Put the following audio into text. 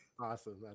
Awesome